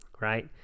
right